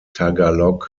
tagalog